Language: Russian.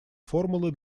формулы